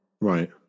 Right